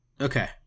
Okay